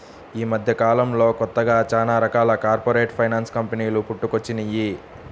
యీ మద్దెకాలంలో కొత్తగా చానా రకాల కార్పొరేట్ ఫైనాన్స్ కంపెనీలు పుట్టుకొచ్చినియ్యి